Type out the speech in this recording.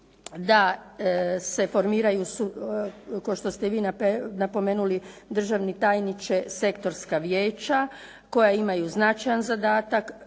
da se formiraju kao što ste vi napomenuli državni tajniče, sektorska vijeća koja imaju značajan zadatak